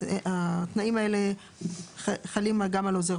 והתנאים האלה חלים על עוזר